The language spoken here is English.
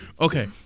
Okay